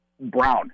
Brown